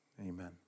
amen